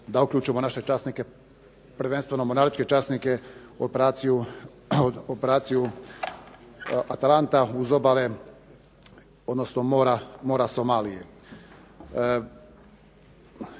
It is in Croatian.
da uključimo naše časnike, prvenstveno mornaričke časnike u operaciju „Atalanta“ uz obale, odnosno mora Somalije.